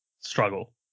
struggle